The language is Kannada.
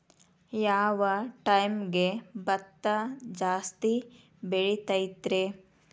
ಯಾವ ಟೈಮ್ಗೆ ಭತ್ತ ಜಾಸ್ತಿ ಬೆಳಿತೈತ್ರೇ?